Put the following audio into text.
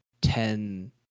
ten